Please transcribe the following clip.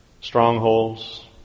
strongholds